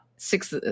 Six